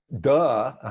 duh